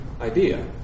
idea